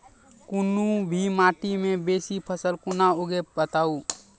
कूनू भी माटि मे बेसी फसल कूना उगैबै, बताबू?